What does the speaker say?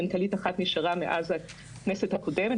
מנכ"לית אחת נשארה מאז הכנסת הקודמת,